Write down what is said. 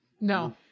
No